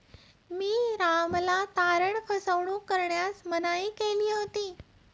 मी रामला तारण फसवणूक करण्यास मनाई केली होती